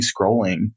scrolling